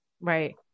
Right